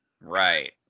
right